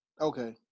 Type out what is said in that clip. Okay